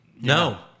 No